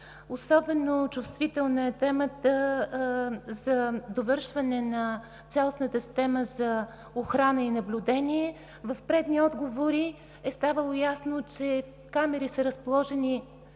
Особено чувствителна е темата за довършване на цялостната система за охрана и наблюдение. В предни отговори е ставало ясно, че камери са разположени